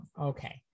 Okay